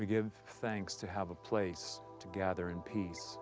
we give thanks to have a place to gather in peace